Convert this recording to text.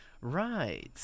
Right